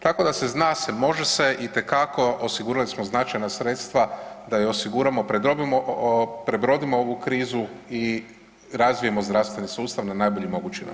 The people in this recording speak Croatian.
Tako da se, zna se, može se itekako, osigurali smo značajna sredstva da ju osiguramo, prebrodimo ovu krizu i razvijemo zdravstveni sustav na najbolji mogući način.